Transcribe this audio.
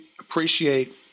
appreciate